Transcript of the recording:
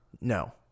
No